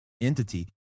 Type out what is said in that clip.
entity